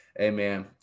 Amen